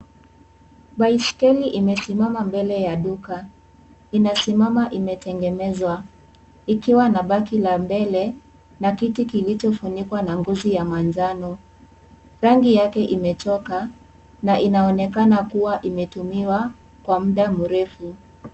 Baiskeli imesimama mbele ya duka. Inasimama imeteng'enezwa, ikiwa na baki la mbele, na kiti kilichofunikwa na ngozi ya manjano. Rangi yake imetoka, na inaonekana kuwa imetumiwa, kwa muda mrefu.